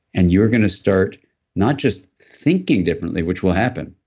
and you are going to start not just thinking differently, which will happen,